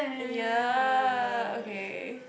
ya okay